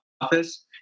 office